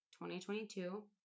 2022